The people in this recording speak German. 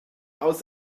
aus